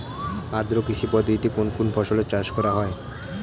আদ্র কৃষি পদ্ধতিতে কোন কোন ফসলের চাষ করা হয়?